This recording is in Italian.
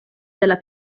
della